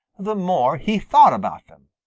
the more he thought about them.